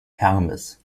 hermes